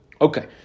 Okay